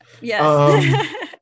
Yes